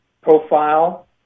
profile